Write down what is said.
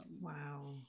wow